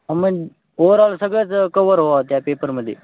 मग ओवरऑल सगळंच कवर व्हावं त्या पेपरमध्ये